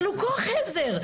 אבל הוא כוח עזר.